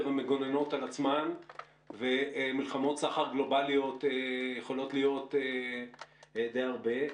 מגוננות על עצמן ומלחמות סחר גלובליות יכולות להיות די הרבה.